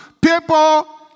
People